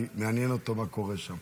כי מעניין אותו מה קורה שם.